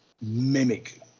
mimic